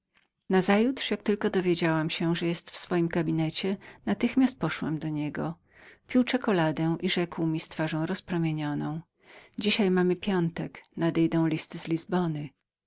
zadowoloną nazajutrz jak tylko dowiedziałam się że był w swoim gabinecie natychmiast poszłam do niego pił czekuladę i rzekł mi z twarzą rozpromienioną dzisiaj mamy piątek nadejdą listy z lizbony